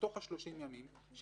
היא